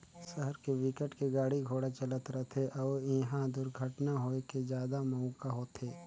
सहर के बिकट के गाड़ी घोड़ा चलत रथे अउ इहा दुरघटना होए के जादा मउका होथे